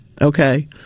Okay